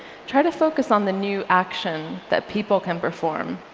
try to focus on the new action that people can perform.